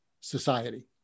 Society